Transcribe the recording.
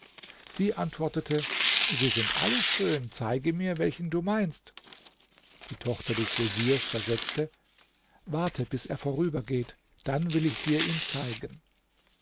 sie antwortete sie sind alle schön zeige mir welchen du meinst die tochter des veziers versetzte warte bis er vorübergeht dann will ich dir ihn zeigen